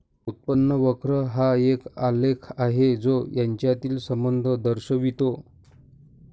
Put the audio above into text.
उत्पन्न वक्र हा एक आलेख आहे जो यांच्यातील संबंध दर्शवितो